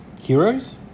Heroes